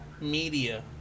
media